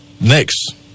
next